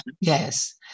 Yes